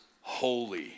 holy